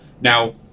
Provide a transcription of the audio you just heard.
now